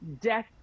death